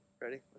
Ready